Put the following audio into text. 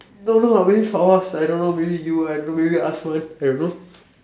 don't know ah maybe Fawaz I don't know maybe you ah I don't know maybe Hazwan I don't know